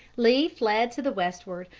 lee fled to the westward,